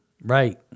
right